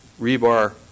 rebar